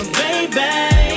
baby